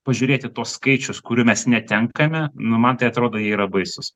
pažiūrėt įbtuos skaičius kurių mes netenkame nu man tai atrodo jie yra baisūs